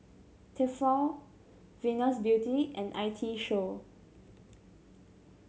Tefal Venus Beauty and I T Show